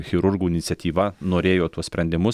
chirurgų iniciatyva norėjo tuos sprendimus